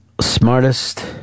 smartest